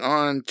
on